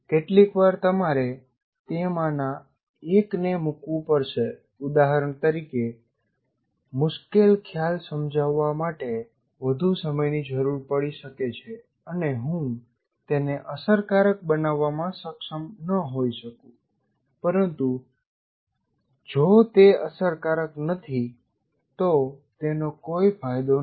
કેટલીકવાર તમારે તેમાંના એકને મુકવું પડશે ઉદાહરણ તરીકે મુશ્કેલ ખ્યાલ સમજાવવા માટે વધુ સમયની જરૂર પડી શકે છે અને હું તેને અસરકારક બનાવવામાં સક્ષમ ન હોઈ શકું પરંતુ જો તે અસરકારક નથી તો તેનો કોઈ ફાયદો નથી